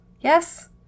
Yes